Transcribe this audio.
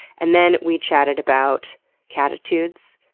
and then we chatted about cattitudes,